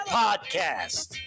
podcast